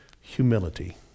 humility